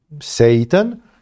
Satan